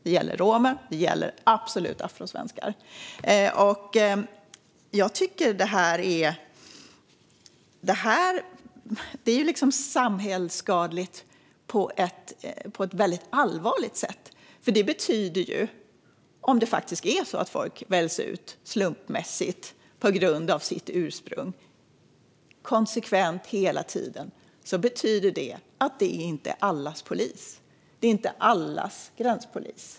Det gäller romer, och det gäller absolut afrosvenskar. Detta är samhällsskadligt på ett väldigt allvarligt sätt. Om det faktiskt är så att folk konsekvent och hela tiden väljs ut slumpmässigt på grund av sitt ursprung betyder det att det inte är allas gränspolis.